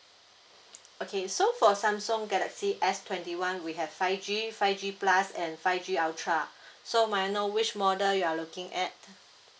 okay so for samsung galaxy S twenty one we have five G five G plus and five G ultra so may I know which model you are looking at